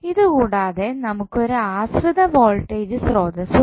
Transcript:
ഇത് കൂടാതെ നമുക്ക് ഒരു ആശ്രിത വോൾട്ടേജ് സ്രോതസ്സ് ഉണ്ട്